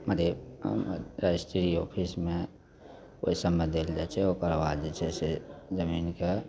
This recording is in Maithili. अरे रजिस्ट्री ऑफिसमे ओहिसबमे देल जाइ छै ओकरबाद जे छै से जमीनके